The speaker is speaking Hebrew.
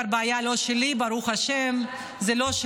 זו כבר לא בעיה שלי, ברוך השם, זה שלו.